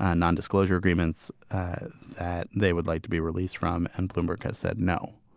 nondisclosure agreements that they would like to be released from. and bloomberg has said no.